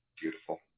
beautiful